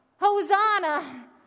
hosanna